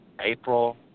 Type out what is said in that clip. April